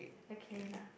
okay lah